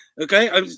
okay